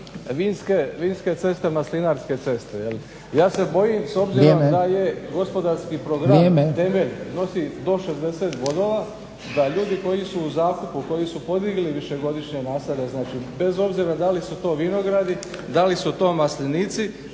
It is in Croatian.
vinske ceste, maslinarske ceste. Ja se bojim s obzirom da je gospodarski program temelj i nosi do 60 bodova da ljudi koji su u zakupu, koji su podigli višegodišnje nasade, znači bez obzira da li su to vinogradi, da li su to maslinici